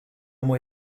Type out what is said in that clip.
мой